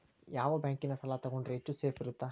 ಯಾವ ಬ್ಯಾಂಕಿನ ಸಾಲ ತಗೊಂಡ್ರೆ ಹೆಚ್ಚು ಸೇಫ್ ಇರುತ್ತಾ?